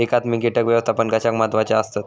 एकात्मिक कीटक व्यवस्थापन कशाक महत्वाचे आसत?